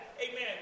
Amen